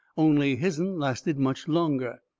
only his'n lasted much longer.